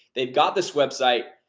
they've got this website,